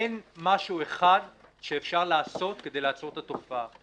אין משהו אחד שאפשר לעשות כדי לעצור את התופעה.